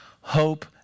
Hope